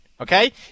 okay